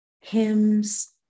hymns